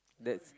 that's